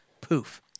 poof